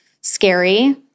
scary